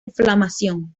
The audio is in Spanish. inflamación